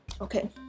Okay